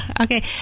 okay